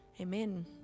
Amen